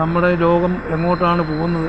നമ്മുടെ ലോകം എങ്ങോട്ടാണ് പോകുന്നത്